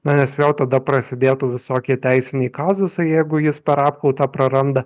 na nes vėl tada prasidėtų visokie teisiniai kazusai jeigu jis per apkaltą praranda